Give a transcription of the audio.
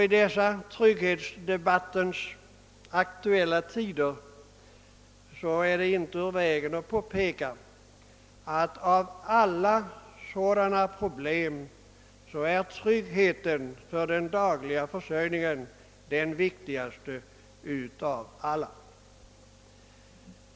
I dessa trygghetsdebattens tider torde det inte vara ur vägen att påpeka, att av alla sådana problem är tryggheten för den dagliga försörjningen den viktigaste.